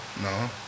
No